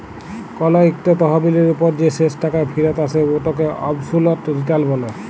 call ইকট তহবিলের উপর যে শেষ টাকা ফিরত আসে উটকে অবসলুট রিটার্ল ব্যলে